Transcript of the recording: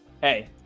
hey